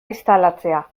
instalatzea